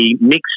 mixed